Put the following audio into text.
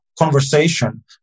conversation